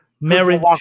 marriage